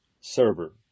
server